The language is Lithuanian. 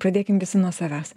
pradėkim visi nuo savęs